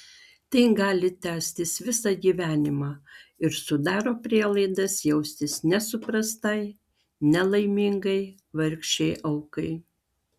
tai gali tęstis visą gyvenimą ir sudaro prielaidas jaustis nesuprastai nelaimingai vargšei aukai